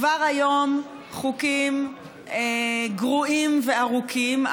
כבר היום חוקים גרועים וארוכים,